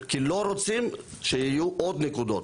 כי לא רוצים שיהיו עוד נקודות.